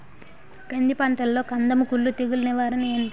కంది పంటలో కందము కుల్లు తెగులు నివారణ ఏంటి?